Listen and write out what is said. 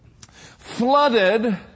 flooded